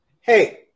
Hey